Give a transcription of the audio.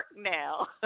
now